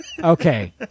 Okay